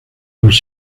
los